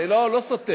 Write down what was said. זה לא סותר.